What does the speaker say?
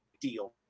deal